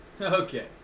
Okay